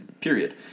period